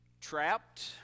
Trapped